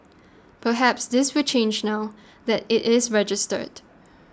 perhaps this will change now that it is registered